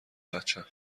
بچم